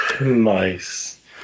Nice